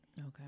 Okay